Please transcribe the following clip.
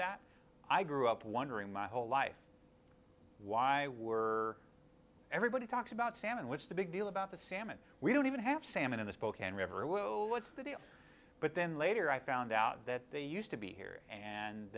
that i grew up wondering my whole life why were everybody talks about salmon what's the big deal about the salmon we don't even have salmon in the spokane river and what's the deal but then later i found out that they used to be here and